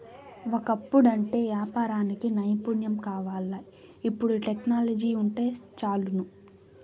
ఒకప్పుడంటే యాపారానికి నైపుణ్యం కావాల్ల, ఇపుడు టెక్నాలజీ వుంటే చాలును